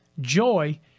joy